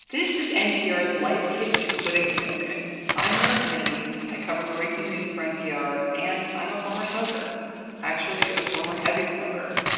this is npr's life kit to quitting smoking. i'm merrit kennedy. i cover breaking news for npr. and i'm a former smoker actually, a former heavy smoker.